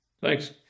thanks